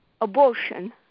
abortion